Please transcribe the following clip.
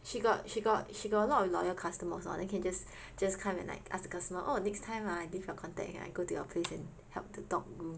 she got she got she got a lot of loyal customers hor then can just just come and like ask the customer oh next time ah leave your contact here then I go to your place and help the dog groom